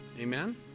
Amen